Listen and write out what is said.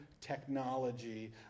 technology